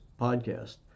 podcast